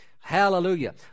Hallelujah